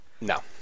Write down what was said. No